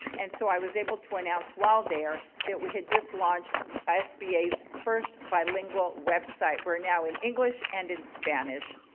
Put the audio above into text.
and so i was able to announce while there that we had just launched sba's first bilingual website. we're now in english and in spanish.